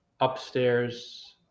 upstairs